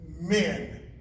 men